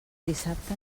dissabte